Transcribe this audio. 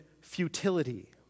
futility